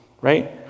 Right